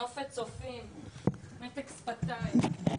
נופת צופים, מתק שפתיים.